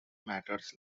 matters